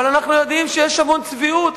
אבל אנחנו יודעים שיש המון צביעות,